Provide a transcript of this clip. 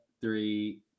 three